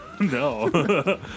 No